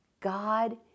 God